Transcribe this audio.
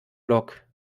block